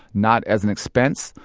not as an expense.